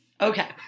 Okay